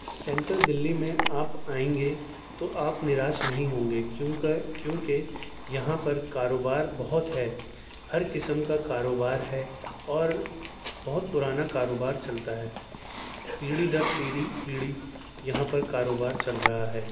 central Delhi میں آپ آئیں گے تو آپ نراش نہیں ہوں گے کیونکہ کیونکہ یہاں پر کاروبار بہت ہے ہر قسم کا کاروبار ہے اور بہت پرانا کاروبار چلتا ہے پیڑھی در پیڑھی پیڑھی یہاں پر کاروبار چل رہا ہے